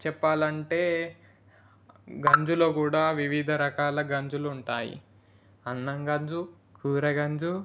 చెప్పాలంటే గంజులో కూడా వివిధ రకాల గంజులుంటాయి అన్నం గంజు కూర గంజు